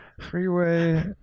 Freeway